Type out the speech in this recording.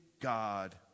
God